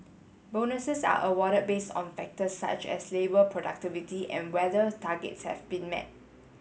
bonuses are awarded based on factors such as labour productivity and whether targets have been met